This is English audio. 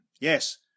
yes